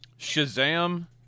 Shazam